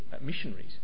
missionaries